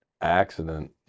accident